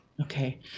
okay